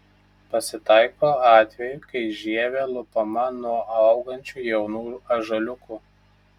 pasitaiko atvejų kai žievė lupama nuo augančių jaunų ąžuoliukų